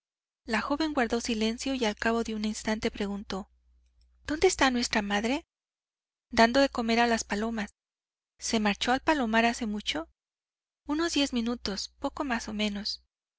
la joven guardó silencio y al cabo de un instante preguntó dónde está nuestra madre dando de comer a las palomas se marchó al palomar hace mucho unos diez minutos poco más o menos